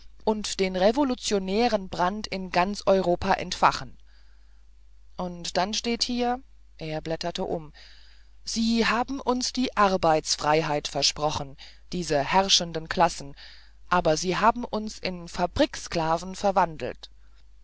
und den revolutionären brand in ganz europa entfachen und dann steht hier er blätterte um sie haben uns die arbeitsfreiheit versprochen diese herrschenden klassen aber sie haben uns in fabriksklaven verwandelt